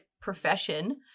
profession